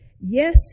yes